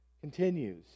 continues